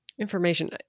information